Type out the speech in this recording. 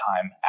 time